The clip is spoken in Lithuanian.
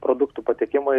produktų patekimą